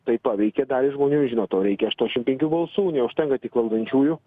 tai paveikė dalį žmonių žinot o reikia aštuoniasdešimt penkių balsų neužtenka tik valdančiųjų